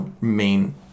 main